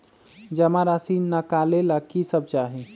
जमा राशि नकालेला कि सब चाहि?